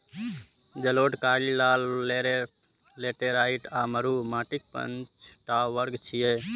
जलोढ़, कारी, लाल, लेटेराइट आ मरु माटिक पांच टा वर्ग छियै